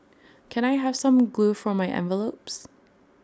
can I have some glue for my envelopes